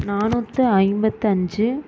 நானூற்று ஐம்பத்து அஞ்சு